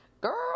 girl